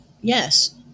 yes